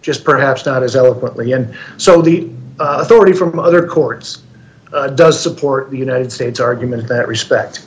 just perhaps not as eloquently and so the authority from other courts does support the united states argument that respect